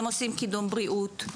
הם עושים קידום בריאות,